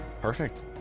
perfect